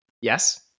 Yes